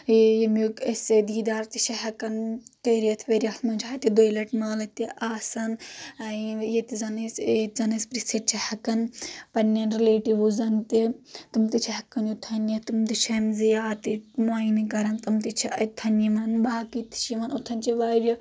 ییٚمیُک اسہِ دیٖدار تہِ چھِ ہیٚکان کٔرِتھ ؤرۍ یس منٛز چھُ ہتہِ دۄیہِ لٹہِ مٲلہٕ تہِ آسان ییٚتہِ زن أسۍ یتہِ زن أسۍ پرژھتھ چھِ ہیٚکان پننٮ۪ن رِلیٹِوزن تہِ تِم تہِ چھِ ہیٚکان یوٚتن یِتھ تِم تہِ چھِ امہِ زیارتٕک موینہٕ کران تِم تہِ چھِ اتٮ۪ن یِمن باقٕے تہِ چھِ یوان اوٚتن چھِ یِوان واریاہ